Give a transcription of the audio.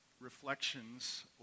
reflections